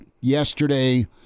yesterday